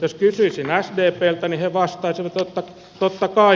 jos kysyisin sdpltä niin he vastaisivat että totta kai